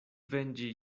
venĝi